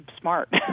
smart